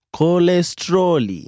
Cholesterol